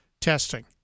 testing